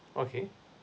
okay